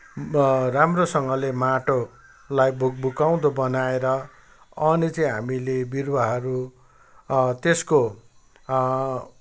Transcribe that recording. राम्रोसँगले माटोलाई भुकभुकाउँदो बनाएर अनि चाहिँ हामीले बिरुवाहरू त्यसको